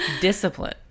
discipline